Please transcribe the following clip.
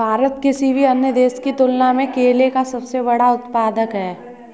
भारत किसी भी अन्य देश की तुलना में केले का सबसे बड़ा उत्पादक है